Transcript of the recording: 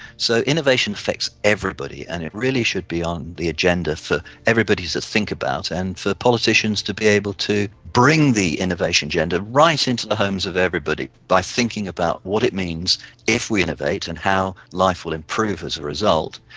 so innovation affects everybody and it really should be on the agenda for everybody to think about and for politicians to be able to bring the innovation agenda right into the homes of everybody by thinking about what it means if we innovate and how life will improve as a result.